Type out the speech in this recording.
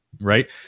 Right